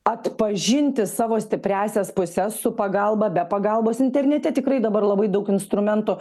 atpažinti savo stipriąsias puses su pagalba be pagalbos internete tikrai dabar labai daug instrumentų